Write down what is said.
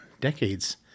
decades